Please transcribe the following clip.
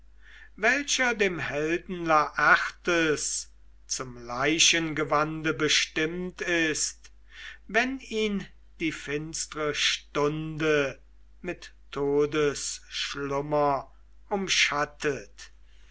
welcher dem helden laertes zum leichengewande bestimmt ist wenn ihn die finstre stunde mit todesschlummer umschattet